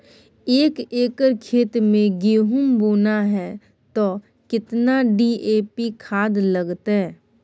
एक एकर खेत मे गहुम बोना है त केतना डी.ए.पी खाद लगतै?